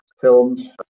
films